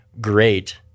great